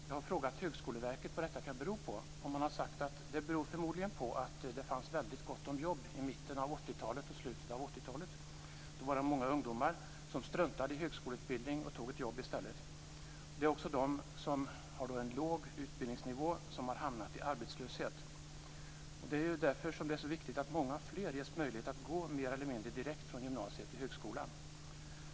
Jag har frågat Högskoleverket vad detta kan bero på. Man har sagt att det förmodligen beror på att det fanns gott om jobb i mitten och slutet av 80-talet. Då var det många ungdomar som struntade i högskoleutbildning och tog ett jobb i stället. Det är också de som har en låg utbildningsnivå som har hamnat i arbetslöshet. Det är därför det är så viktigt att många fler ges möjlighet att gå mer eller mindre direkt från gymnasiet till högskolan.